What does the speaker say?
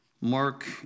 Mark